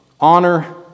Honor